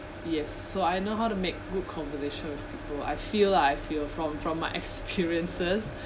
yes so I know how to make good conversation with people I feel lah I feel from from my experiences